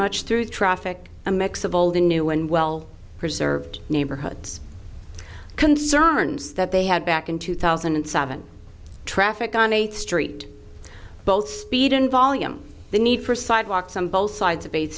much through traffic a mix of old and new and well preserved neighborhoods concerns that they had back in two thousand and seven traffic on a street both speed and volume the need for sidewalks on both sides of eighth